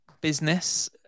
business